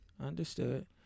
Understood